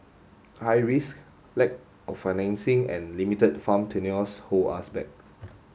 high risk lack of financing and limited farm tenures hold us back